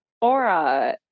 aura